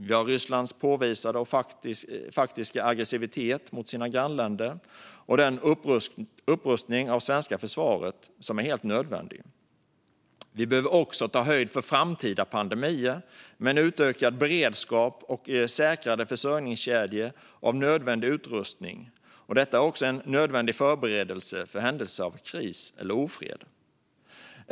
Vi har Rysslands påvisade och faktiska aggressivitet mot sina grannländer och den upprustning av det svenska försvaret som är helt nödvändig. Vi behöver också ta höjd för framtida pandemier, med utökad beredskap och säkrade försörjningskedjor av nödvändig utrustning. Detta är också en nödvändig förberedelse för den händelse det blir kris eller ofred.